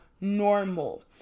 normal